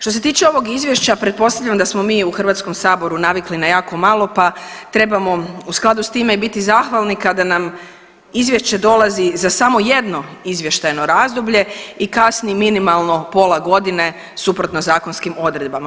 Što se tiče ovog izvješća pretpostavljam da smo mi u Hrvatskom saboru navikli na jako malo, pa trebamo u skladu s time biti zahvalni kada nam izvješće dolazi za samo jedno izvještajno razdoblje i kasni minimalno pola godine suprotno zakonskim odredbama.